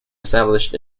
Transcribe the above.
established